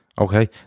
Okay